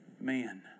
man